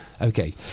okay